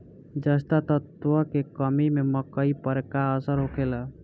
जस्ता तत्व के कमी से मकई पर का असर होखेला?